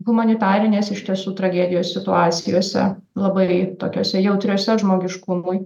humanitarinės iš tiesų tragedijos situacijose labai tokiose jautriose žmogiškumui